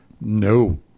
no